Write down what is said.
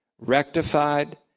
rectified